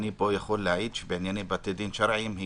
אני מפה יכול להעיד שבעניין בתי דין שרעיים היא